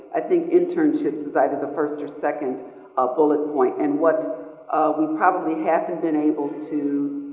i think internships is either the first or second ah bullet point and what we probably haven't been able to